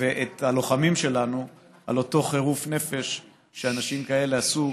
ואת הלוחמים שלנו על אותו חירוף נפש שאנשים כאלה עשו